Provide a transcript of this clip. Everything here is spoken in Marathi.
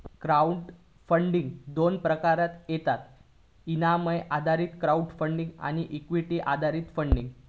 क्राउड फंडिंग दोन प्रकारात येता इनाम आधारित क्राउड फंडिंग आणि इक्विटी आधारित फंडिंग